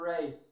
race